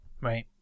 Right